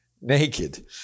naked